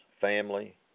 family